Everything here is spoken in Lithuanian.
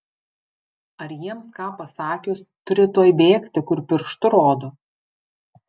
ar jiems ką pasakius turi tuoj bėgti kur pirštu rodo